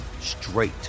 straight